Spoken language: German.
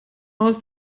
aus